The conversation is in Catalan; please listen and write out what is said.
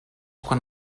quan